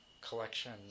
collection